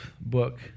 book